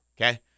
okay